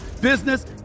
business